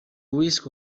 risk